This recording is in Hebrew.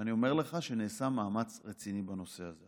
ואני אומר לך שנעשה מאמץ רציני בנושא הזה.